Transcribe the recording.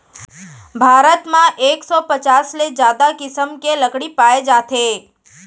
भारत म एक सौ पचास ले जादा किसम के लकड़ी पाए जाथे